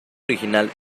original